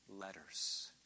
letters